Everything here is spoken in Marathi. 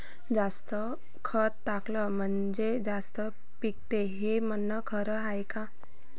जास्त खत टाकलं म्हनजे जास्त पिकते हे म्हन खरी हाये का?